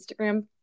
Instagram